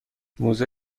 موزه